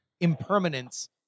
impermanence